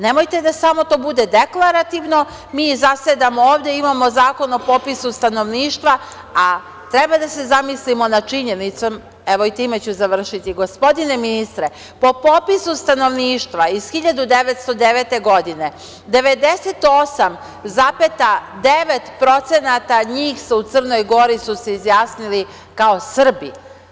Nemojte da samo to bude deklarativno, mi zasedamo ovde, imamo Zakon o popisu stanovništva, a treba da se zamislimo nad činjenicom, evo i time ću završiti, gospodine ministre, po popisu stanovništva iz 1909. godine, 98,9% njih u Crnoj Gori su se izjasnili kao Srbi.